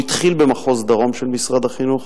הוא התחיל במחוז הדרום של משרד החינוך,